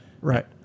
right